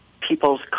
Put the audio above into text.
people's